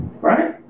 Right